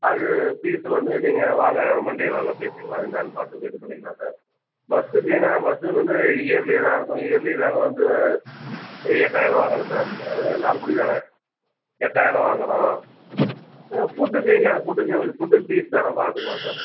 அது ஃபீஸு வந்து நீங்கள் வாங்க மண்டே வாங்க பேசிக்கலாம் என்னென்னு பார்த்துட்டு இது பண்ணிக்கலாம் சார் பஸ்ஸுக்கு என்ன பஸ்ஸுக்கு வந்து இயர்லி தான் இருக்கும் இயர்லி நாங்கள் வந்து ஒரு எட்டாயிரம் வாங்குகிறோம் சார் லால்குடி தானே எட்டாயிரம் வாங்குகிறோம் ஃபுட்டுக்கு என்ன ஃபுட்டுக்கு உங்களுக்கு ஃபுட்டுக்கு ஃபீஸ் தானே பார்த்துக்கலாம் சார்